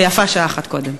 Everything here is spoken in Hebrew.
ויפה שעה אחת קודם.